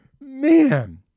Man